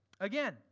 Again